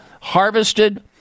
harvested